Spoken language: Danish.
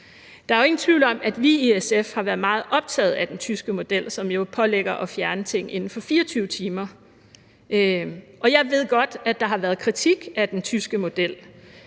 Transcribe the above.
Der er ingen tvivl om, at vi i SF har været meget optaget af den tyske model, som jo pålægger at fjerne ting inden for 24 timer. Jeg ved godt, at der har været kritik af den tyske model,